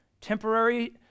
temporary